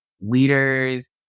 leaders